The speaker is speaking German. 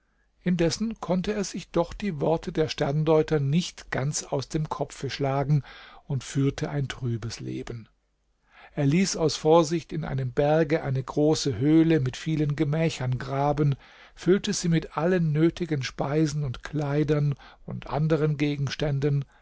indessen konnte er sich doch die worte der sterndeuter nicht ganz aus dem kopfe schlagen und führte ein trübes leben er ließ aus vorsicht in einem berge eine große höhle mit vielen gemächern graben füllte sie mit allen nötigen speisen und kleidern und anderen gegenständen